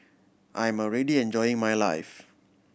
I'm already enjoying my life